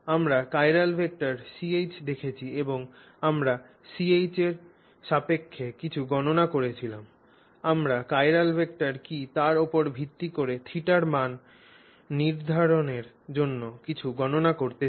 আমরা chiral vector Ch দেখেছি এবং আমরা Ch এর সাপেক্ষে কিছু গণনা করেছিলাম আমরা চিরাল ভেক্টর কী তার উপর ভিত্তি করে θ র মান নির্ধারণের জন্য কিছু গণনা করতে চাই